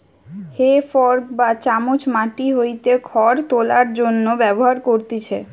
হে fork বা চামচ মাটি হইতে খড় তোলার জন্য ব্যবহার করতিছে